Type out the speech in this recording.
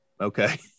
Okay